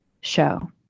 show